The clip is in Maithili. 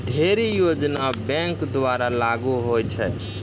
ढ़ेरी योजना बैंक द्वारा लागू होय छै